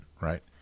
right